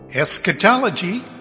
Eschatology